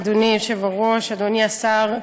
אדוני היושב-ראש, תודה, אדוני השר,